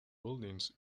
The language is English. buildings